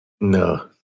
No